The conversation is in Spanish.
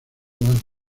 más